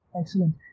Excellent